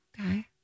Okay